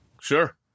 Sure